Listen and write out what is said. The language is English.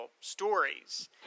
stories